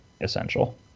essential